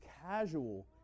casual